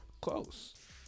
Close